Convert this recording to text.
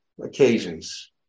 occasions